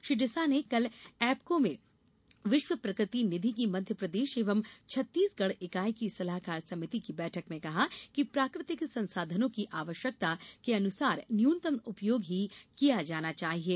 श्री डिसा ने कल एप्को में विश्व प्रकृति निधि की मध्यप्रदेश एवं छत्तीसगढ़ इकाई की सलाहकार समिति की बैठक में कहा कि प्राकृतिक संसाधनों का आवश्यकता अनुसार न्यूनतम उपयोग ही किया जाना चाहिये